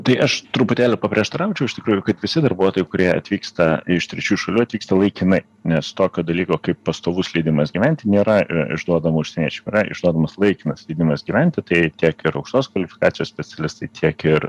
tai aš truputėlį paprieštaraučiau iš tikrųjų kad visi darbuotojai kurie atvyksta iš trečiųjų šalių atvyksta laikinai nes tokio dalyko kaip pastovus leidimas gyventi nėra išduodamo užsieniečiam realiai išduodamas laikinas leidimas gyventi tai tiek ir aukštos kvalifikacijos specialistai tiek ir